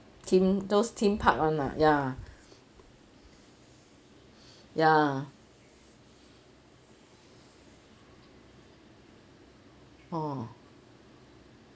theme those theme park one ah ya ya orh